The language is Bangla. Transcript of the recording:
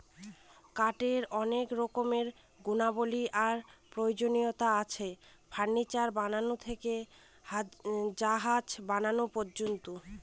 কাঠের অনেক রকমের গুণাবলী আর প্রয়োজনীয়তা আছে, ফার্নিচার বানানো থেকে জাহাজ বানানো পর্যন্ত